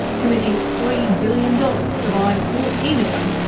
committing three billion dollars to buy fourteen of them,